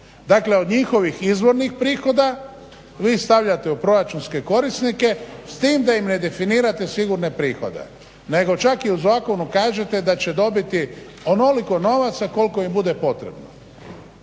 Dakle od njihovih izvornih prihoda, vi stavljate u proračunske korisnike s tim da im ne definirate sigurne prihode nego čak i u zakonu kažete da će dobiti onoliko novaca koliko im bude potrebno.